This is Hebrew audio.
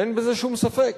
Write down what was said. אין בזה שום ספק.